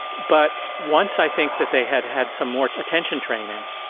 but once i think that they had had some more attention training,